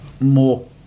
more